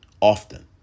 often